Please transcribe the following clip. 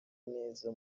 neza